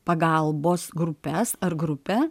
pagalbos grupes ar grupę